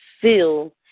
feel